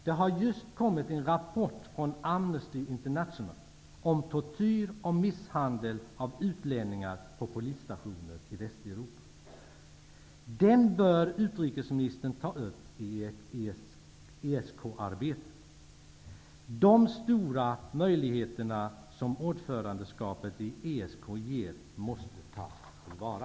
Det har just kommit en rapport från Amnesty International om tortyr och misshandel av utlänningar på polisstationer i Västeuropa. Den rapporten bör utrikesministern ta upp i ESK-arbetet. De stora möjligheter som ordförandeskapet i ESK ger måste tas till vara.